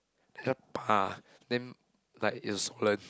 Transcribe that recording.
then pah then like is swollen